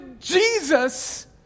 Jesus